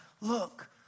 look